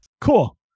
Cool